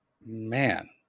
Man